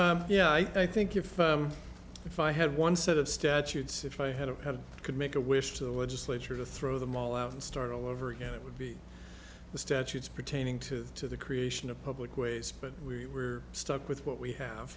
us yeah i think if if i had one set of statutes if i had a could make a wish to the legislature to throw them all out and start all over again it would be the statutes pertaining to the creation of public ways but we're stuck with what we have